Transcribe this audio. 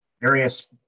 various